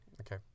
Okay